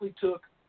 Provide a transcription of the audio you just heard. took